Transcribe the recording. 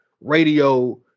radio